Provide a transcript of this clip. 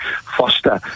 foster